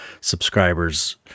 subscribers